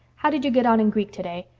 how did you get on in greek today?